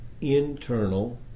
internal